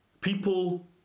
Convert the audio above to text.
People